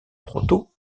proto